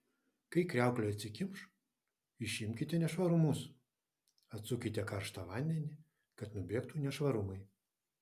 kai kriauklė atsikimš išimkite nešvarumus atsukite karštą vandenį kad nubėgtų nešvarumai